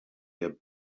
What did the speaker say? their